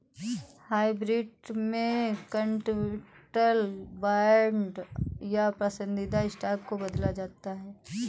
hybrid में convertible bond या पसंदीदा स्टॉक को बदला जाता है